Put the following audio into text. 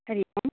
Hari Om